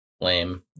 Lame